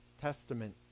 testament